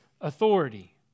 authority